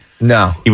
No